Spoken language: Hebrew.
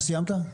סיימת?